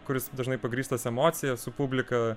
kuris dažnai pagrįstas emocija su publika